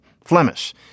Flemish